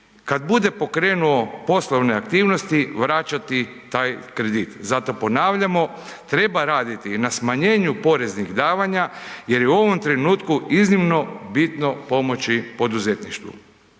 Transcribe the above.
kad bude pokrenuo poslovne aktivnosti, vraćati taj kredit. Zato ponavljamo, treba raditi na smanjenju poreznih davanja jer je u ovom trenutku iznimno bitno pomoći poduzetništvu.